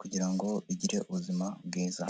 kugira ngo bigire ubuzima bwiza.